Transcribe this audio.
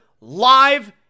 live